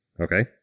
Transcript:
Okay